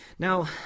Now